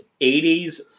80s